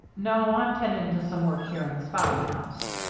no, i'm tending to some work here in the spouting house.